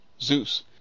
zeus